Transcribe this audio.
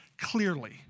Clearly